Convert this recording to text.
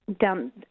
down